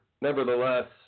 nevertheless